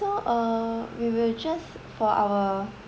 so uh we will just for our